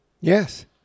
Yes